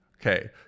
Okay